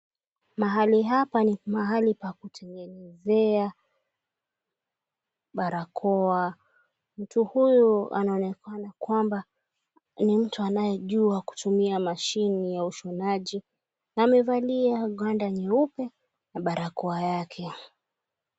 Mahali hapa ni mahali pa kutengenezea barakoa. Mtu huyu anaonekana kwamba ni mtu anayejua kutumia mashine ya ushonaji, amevalia gwanda jeupe na barakoa yake.